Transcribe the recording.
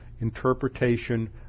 interpretation